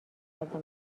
غذا